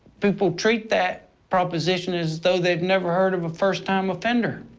people treat that proposition as though they never heard of a first-time offender,